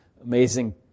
amazing